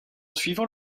suivant